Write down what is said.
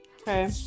Okay